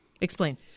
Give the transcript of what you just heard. Explain